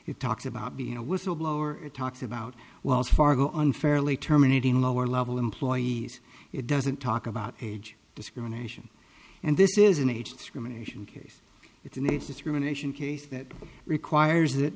it talks about being a whistleblower it talks about wells fargo unfairly terminating a lower level employees it doesn't talk about age discrimination and this is an age discrimination case it's an it's discrimination case that requires